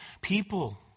people